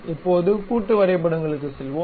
இப்போது கூட்டு வரைபடங்களுக்கு செல்வோம்